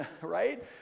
right